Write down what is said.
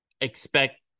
expect